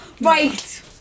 Right